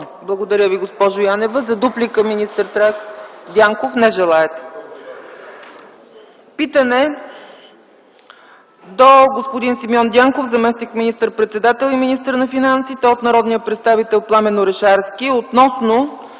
Благодаря Ви, госпожо Янева. Дуплика, министър Дянков? – Не желаете. Питане до господин Симеон Дянков, заместник министър-председател и министър на финансите, от народния представител Пламен Орешарски относно